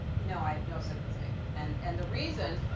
no, i have no sympathy, and and the reason